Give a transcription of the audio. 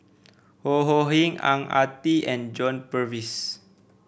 Ho Ho Ying Ang Ah Tee and John Purvis